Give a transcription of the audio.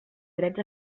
drets